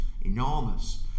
enormous